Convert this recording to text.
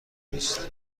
نیست